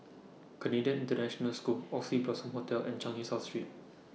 Canadian International School Oxley Blossom Hotel and Changi South Street